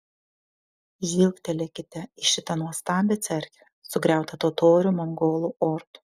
žvilgtelėkite į šitą nuostabią cerkvę sugriautą totorių mongolų ordų